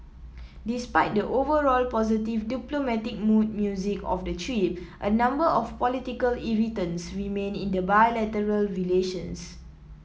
despite the overall positive diplomatic mood music of the trip a number of political irritants remain in bilateral relations